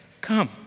Come